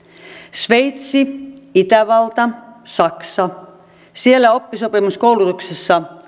sveitsi itävalta saksa siellä oppisopimuskoulutuksessa